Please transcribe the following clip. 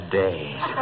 days